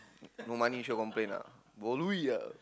no money sure complain ah bo lui ah